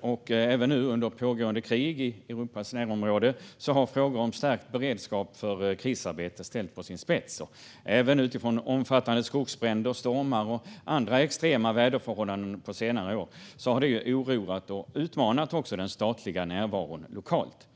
och även nu under pågående krig i Europas närområde, har frågor om stärkt beredskap för krisarbete ställts på sin spets. Även omfattande skogsbränder, stormar och andra extrema väderförhållanden på senare år har oroat och utmanat den statliga närvaron lokalt.